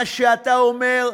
מה שאתה אומר,